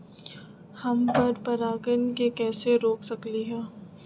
हम पर परागण के कैसे रोक सकली ह?